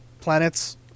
planets